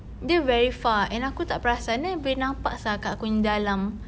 dia very far and aku tak perasan then boleh nampak sia kat aku punya dalam